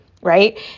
right